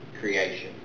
creation